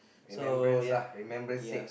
remembrance uh remembrance sake